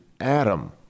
Adam